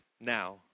now